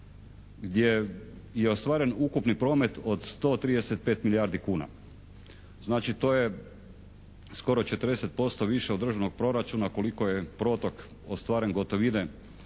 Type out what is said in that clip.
gdje je ostvaren ukupni promet od 135 milijardi kuna. Znači, to je skoro 40% više od državnog proračuna koliko je protok ostvaren gotovine